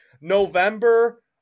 November